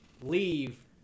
leave